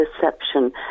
deception